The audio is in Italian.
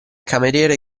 cameriere